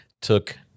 took